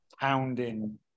pounding